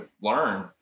learn